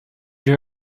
you